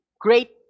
great